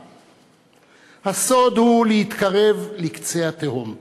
"הסוד הוא להתקרב לקצה התהום,